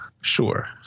Sure